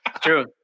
True